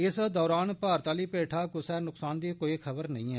इस दरान भारत आली पेठा कुसै नसकान दी कोई खबर नेईं ऐ